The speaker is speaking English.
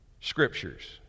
Scriptures